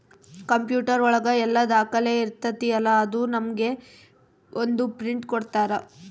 computer ಒಳಗ ಎಲ್ಲ ದಾಖಲೆ ಇರ್ತೈತಿ ಅಲಾ ಅದು ನಮ್ಗೆ ಒಂದ್ ಪ್ರಿಂಟ್ ಕೊಡ್ತಾರ